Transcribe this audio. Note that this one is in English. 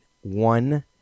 One